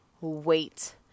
wait